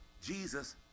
Jesus